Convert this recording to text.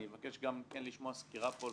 אבקש גם כן לשמוע סקירה פה.